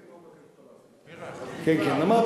אני לא מבקש ממך לעשות כן, כן.